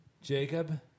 Jacob